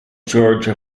georgia